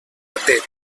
matet